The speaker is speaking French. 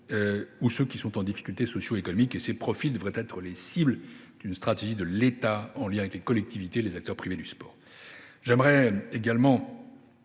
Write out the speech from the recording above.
ou ceux qui sont en difficulté socio économique. Ces profils devraient être les cibles d’une stratégie définie et mise en œuvre par l’État en lien avec les collectivités et les acteurs privés du sport.